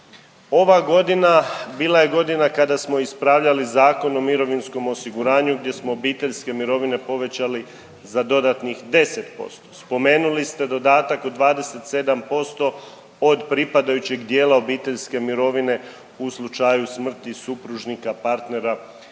Ova godina bila je godina kada smo ispravljali Zakon o mirovinskom osiguranju gdje smo obiteljske mirovine povećali za dodatnih 10%. Spomenuli ste dodatak od 27% od pripadajućeg dijela obiteljske mirovine u slučaju smrti supružnika, partnera ili